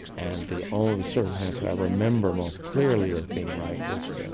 and the only circumstance that i remember most clearly as being right was